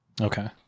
Okay